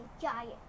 giant